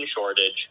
shortage